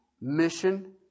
mission